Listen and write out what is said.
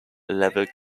level